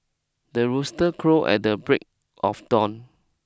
the rooster crow at the break of dawn